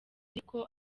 ariko